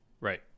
right